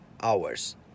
hours